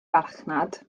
farchnad